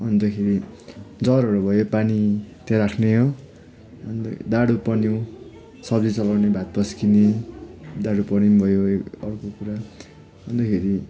अन्तखेरि जारहरू भयो पानी त्यहाँ राख्ने हो अन्त डाडु पन्यु सब्जी चलाउने भात पस्किने डाडु पन्यु पनि भयो अर्को कुरा अन्तखेरि